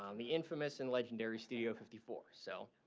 um the infamous and legendary studio fifty four. so